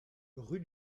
rue